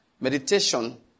Meditation